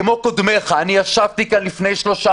כמו קודמיך אני ישבתי כאן לפני שלושה